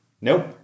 Nope